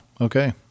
Okay